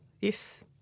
Yes